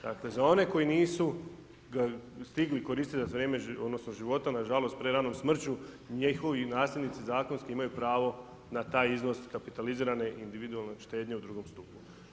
Dakle, za one koji nisu stigli koristi za vrijeme života, nažalost preranom smrću, njihovi nasljednici zakonski imaju pravo na taj iznos kapitalizirane individualne štednje u II stupu.